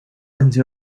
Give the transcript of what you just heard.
into